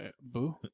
Boo